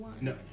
No